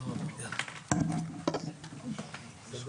הישיבה